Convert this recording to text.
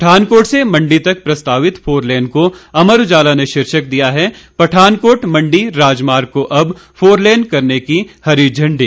पठानकोट से मंडी तक प्रस्तावित फोरलेन को अमर उजाला ने शीर्षक दिया है पठानकोट मंडी राजमार्ग को अब फोरलेन करने की हरी झंडी